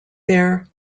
there